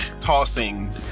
tossing